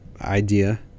idea